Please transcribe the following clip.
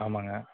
ஆமாங்க